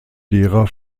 derer